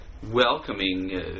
welcoming